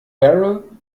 barrel